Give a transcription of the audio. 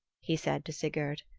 he said to sigurd.